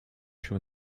się